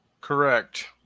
Correct